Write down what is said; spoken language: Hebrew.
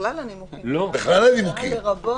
לא, אלו בכלל הנימוקים להצעה, לרבות.